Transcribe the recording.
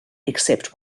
except